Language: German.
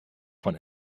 von